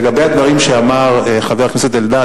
לגבי הדברים שאמר חבר הכנסת אלדד,